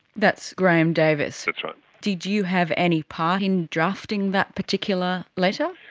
that's graham davis. that's right. did you have any part in drafting that particular letter?